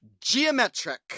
geometric